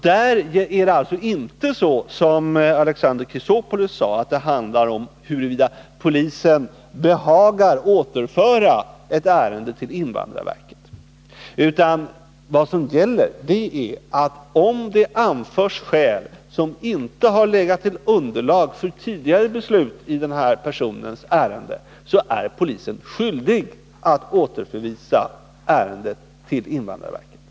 Det är alltså inte så som Alexander Chrisopoulos sade, att det handlar om huruvida polisen behagar återföra ett ärende till invandrarverket. Om det anförs skäl som inte har legat som underlag för tidigare beslut i en viss persons ärende, är polisen däremot skyldig att återförvisa ärendet till invandrarverket.